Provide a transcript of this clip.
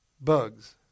bugs